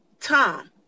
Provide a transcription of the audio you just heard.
Tom